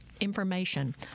information